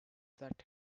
that